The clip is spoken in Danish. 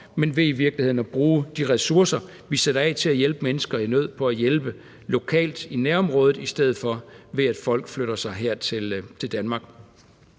men ved i virkeligheden at bruge de ressourcer, vi sætter af til at hjælpe mennesker i nød, på at hjælpe lokalt i nærområdet, i stedet for at folk flytter sig her til Danmark.